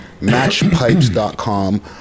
matchpipes.com